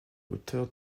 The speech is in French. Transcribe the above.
auteur